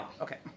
Okay